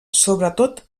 sobretot